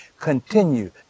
continue